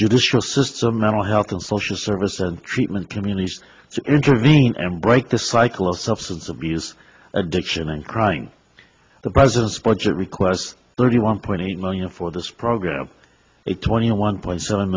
judicial system mental health and social services and treatment communities to intervene and break the cycle of substance abuse addiction and crying the president's budget requests thirty one point eight million for this program a twenty one point seven